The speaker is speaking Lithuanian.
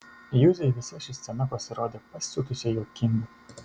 juzei visa ši scena pasirodė pasiutusiai juokinga